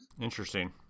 Interesting